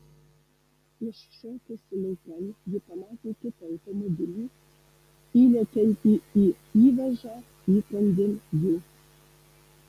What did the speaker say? iššokusi laukan ji pamatė kitą automobilį įlekiantį į įvažą įkandin jų